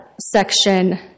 Section